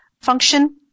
function